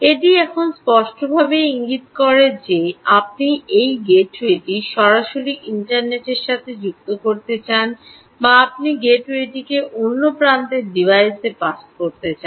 এটি এখন স্পষ্টভাবে ইঙ্গিত করে যে আপনি এই গেটওয়েটি সরাসরি ইন্টারনেটের সাথে সংযুক্ত করতে চান বা আপনি গেটওয়েটিকে অন্য প্রান্তের ডিভাইসে পাস করতে চান